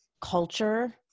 culture